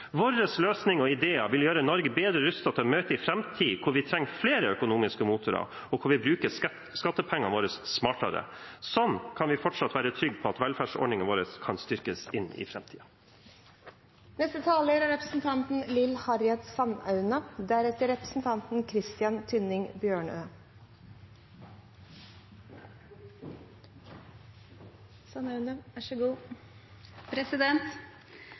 og ideer vil gjøre Norge bedre rustet til å møte en framtid der vi trenger flere økonomiske motorer, og der vi bruker skattepengene våre smartere. Sånn kan vi fortsatt være trygge på at velferdsordningene våre kan styrkes inn i framtiden. Den store britiske statsmannen Edmund Burke skrev en gang: «Ren sparsommelighet er ikke økonomi. Utgifter, store utgifter, kan være en essensiell del av en god